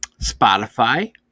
Spotify